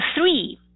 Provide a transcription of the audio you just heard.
three